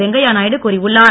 வெங்கையா நாயுடு கூறியுள்ளார்